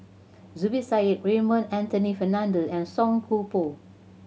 Zubir Said Raymond Anthony Fernando and Song Koon Poh